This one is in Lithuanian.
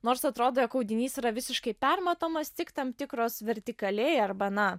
nors atrodo jog audinys yra visiškai permatomas tik tam tikros vertikaliai arba na